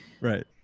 Right